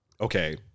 okay